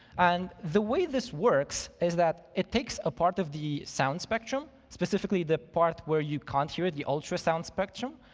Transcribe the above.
and the way this works is that it takes a part of the sound spectrum, specifically the part where you can't hear it, the ultrasound spectrum,